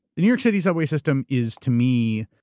the new york city subway system is, to me,